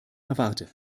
erwarte